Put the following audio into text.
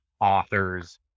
authors